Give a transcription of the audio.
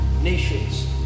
nations